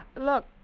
Look